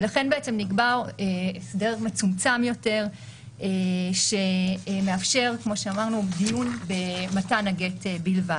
לכן נקבע הסדר מצומצם יותר שמאפשר דיון במתן הגט בלבד.